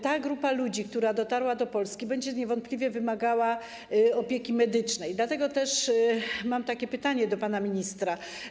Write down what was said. Ta grupa ludzi, która dotarła do Polski, będzie niewątpliwie wymagała opieki medycznej, dlatego też mam pytanie do pana ministra.